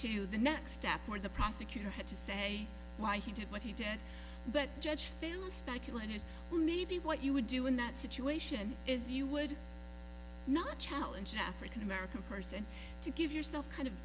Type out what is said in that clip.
to the next step or the prosecutor had to say why he did what he did but judge phil speculators who may be what you would do in that situation is you would not challenge an african american person to give yourself kind of